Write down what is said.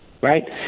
right